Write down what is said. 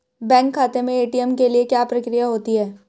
Bank खाते में ATM के लिए क्या प्रक्रिया होती है?